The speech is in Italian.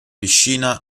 piscina